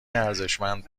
ارزشمند